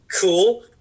Cool